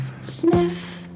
sniff